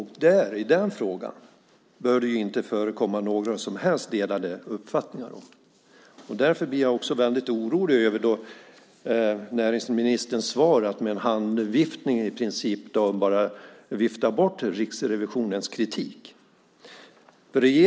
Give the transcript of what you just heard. I den frågan bör det inte förekomma några som helst delade uppfattningar. Därför blir jag väldigt orolig över näringsministerns svar. I princip med en handviftning avfärdar hon Riksrevisionens kritik.